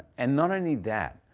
and not only that,